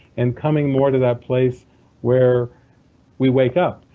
and coming more to that place where we wake up.